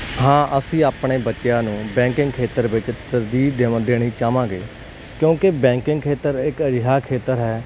ਹਾਂ ਅਸੀਂ ਆਪਣੇ ਬੱਚਿਆਂ ਨੂੰ ਬੈਂਕਿੰਗ ਖੇਤਰ ਵਿੱਚ ਤਰਜੀਹ ਦੇਵਾ ਦੇਣੀ ਚਾਹਵਾਂਗੇ ਕਿਉਂਕਿ ਬੈਂਕਿੰਗ ਖੇਤਰ ਇੱਕ ਅਜਿਹਾ ਖੇਤਰ ਹੈ